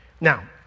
Now